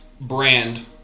brand